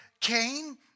Cain